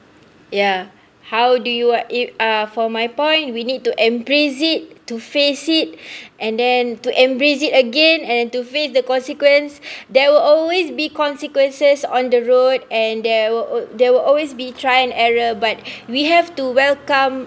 ya how do you uh for my point we need to embrace it to face it and then to embrace it again and to face the consequences there will always be consequences on the road and there will there will always be trial and error but we have to welcome